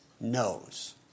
knows